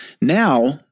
Now